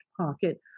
pocket